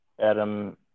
Adam